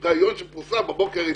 היה ראיון שפורסם הבוקר,